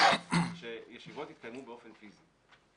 שישיבות יתקיימו באופי פיסי.